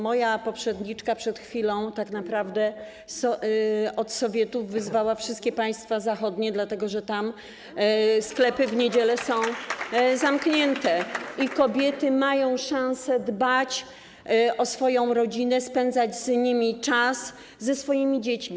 Moja poprzedniczka przed chwilą wyzwała od Sowietów tak naprawdę wszystkie państwa zachodnie, dlatego że tam sklepy w niedziele są zamknięte i kobiety mają szansę dbać o swoją rodzinę, spędzać z nimi czas, ze swoimi dziećmi.